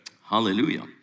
Hallelujah